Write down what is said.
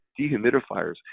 dehumidifiers